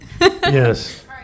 Yes